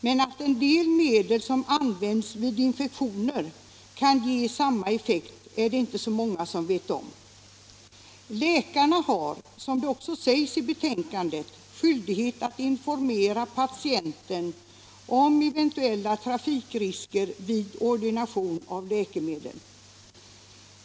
Men att en del medel som används vid infektioner kan ge samma effekt är det inte så många som vet. Läkarna har, som det också sägs i betänkandet, skyldighet att informera patienten om eventuella trafikrisker vid ordination av läkemedel.